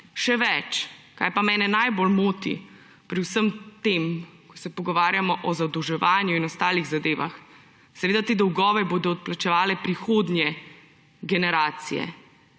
Še več, kar pa mene najbolj moti pri vsem tem, ko se pogovarjamo o zadolževanju in ostalih zadevah ‒ seveda bodo te dolgove odplačevale prihodnje generacije.